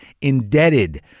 Indebted